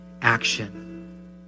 action